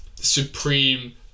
supreme